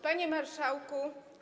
Panie Marszałku!